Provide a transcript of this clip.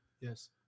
Yes